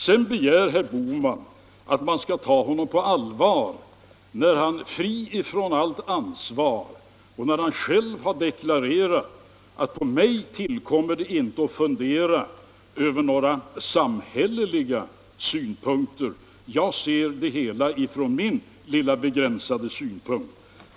Sedan begär herr Bohman att man skall ta honom på allvar när han fri från allt ansvar deklarerar att det inte ankommer på honom att fundera över några samhälleliga synpunkter — han ser på problemet ur sin egen begränsade synvinkel.